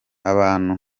abantu